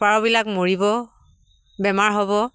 পাৰ বিলাক মৰিব বেমাৰ হ'ব